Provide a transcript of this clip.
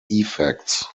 effects